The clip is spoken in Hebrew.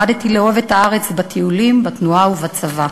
למדתי לאהוב את הארץ בטיולים, בתנועה ובצבא.